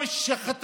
מקום